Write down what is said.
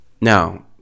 Now